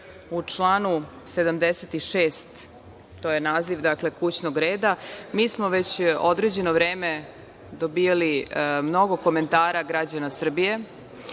članu 76, to je naziv, dakle, kućnog reda. Mi smo već određeno vreme dobijali mnogo komentara građana Srbije